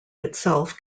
itself